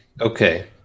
Okay